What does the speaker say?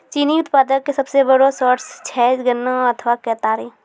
चीनी उत्पादन के सबसो बड़ो सोर्स छै गन्ना अथवा केतारी